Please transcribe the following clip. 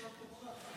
עכשיו תורך.